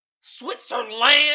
Switzerland